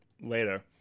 later